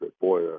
boy